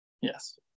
Yes